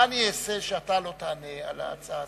מה אעשה כדי שאתה לא תענה על הצעת